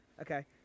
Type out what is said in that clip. Okay